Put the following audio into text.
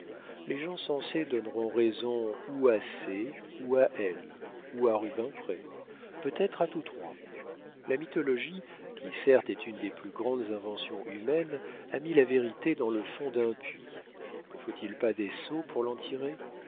les gens sensés donneront raison ou à c ou à l ou à rubempré peut-être à tous trois la mythologie qui certes est une des plus grandes inventions humaines a mis la vérité dans le fond d'un puits ne faut-il pas des seaux pour